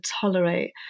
tolerate